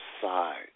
side